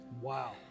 Wow